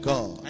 God